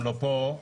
בוקר טוב.